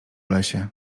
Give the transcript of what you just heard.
lesie